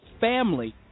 family